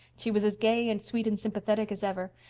she was as gay and sweet and sympathetic as ever.